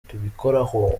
tubikoraho